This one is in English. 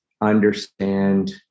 understand